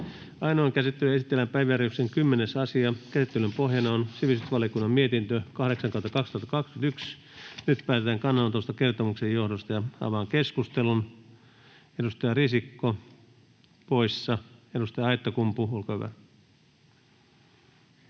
Ainoaan käsittelyyn esitellään päiväjärjestyksen 10. asia. Käsittelyn pohjana on sivistysvaliokunnan mietintö SiVM 8/2021 vp. Nyt päätetään kannanotosta kertomuksen johdosta. Avaan keskustelun. Edustaja Risikko, poissa. — Edustaja Aittakumpu, olkaa hyvä.